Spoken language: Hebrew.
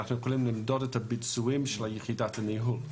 שאנחנו יכולים למדוד את הביצועים של יחידת הניהול.